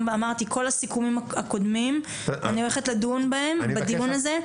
אני כבר אמרתי שבכל הסיכומים הקודמים אני הולכת לדון בדיון הזה.